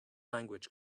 language